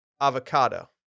Avocado